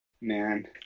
Man